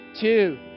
Two